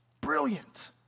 Brilliant